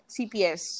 CPS